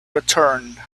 return